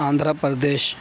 Andhra Pradesh